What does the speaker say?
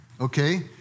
Okay